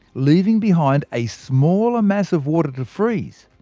leaving behind a smaller mass of water to freeze.